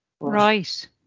Right